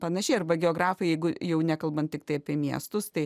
panašiai arba geografai jeigu jau nekalbant tiktai apie miestus tai